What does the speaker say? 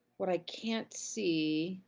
what i can't see.